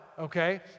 Okay